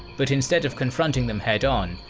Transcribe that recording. but instead of confronting them head-on,